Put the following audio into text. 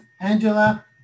Angela